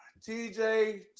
TJ